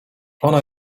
ona